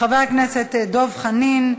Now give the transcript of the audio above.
חבר הכנסת דב חנין,